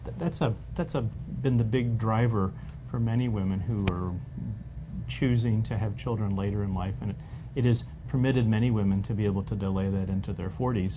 that's ah that's ah been the big driver for many women who are choosing to have children later in life, and it has permitted many women to be able to delay that into their forty s,